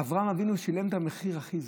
אברהם אבינו שילם את המחיר הכי זול,